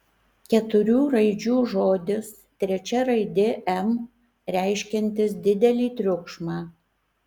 keturių raidžių žodis trečia raidė m reiškiantis didelį triukšmą